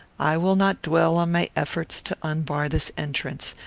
i will not dwell on my efforts to unbar this entrance.